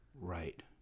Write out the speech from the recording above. Right